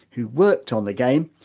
who worked on the game,